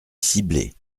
ciblée